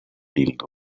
filled